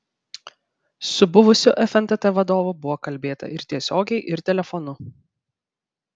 su buvusiu fntt vadovu buvo kalbėta ir tiesiogiai ir telefonu